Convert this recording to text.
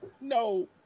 No